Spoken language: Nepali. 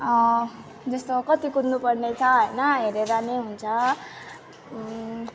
जस्तो कति कुद्नुपर्ने छ होइन हेरेर नै हुन्छ